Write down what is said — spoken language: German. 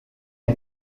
die